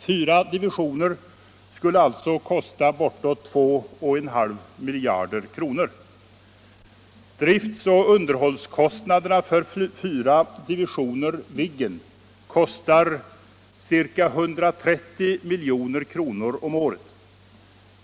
Fyra divisioner skulle alltså kosta bortåt 2,5 miljarder kronor. Driftoch underhållskostnaderna för fyra divisioner Viggen kostar ca 130 milj.kr. om året.